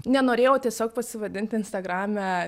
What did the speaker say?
nenorėjau tiesiog pasivadint instagrame